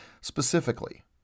specifically